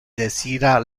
desira